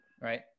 Right